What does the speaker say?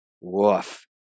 Woof